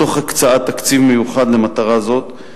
תוך הקצאת תקציב מיוחד למטרה זו,